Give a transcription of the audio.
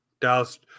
Dallas